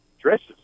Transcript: dresses